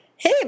Hey